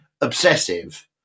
obsessive